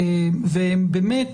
הם באמת